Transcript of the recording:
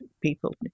people